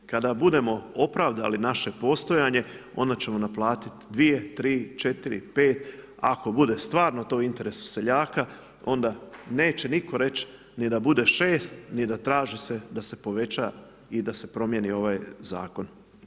Kada budemo opravdali naše postojanje, onda ćemo naplatit dvije, tri, četiri, pet, ako bude stvarno to u interesu seljaka, onda neće nitko reći ni da bude 6, ni da traži se da se poveća i da se promijeni ovaj zakon.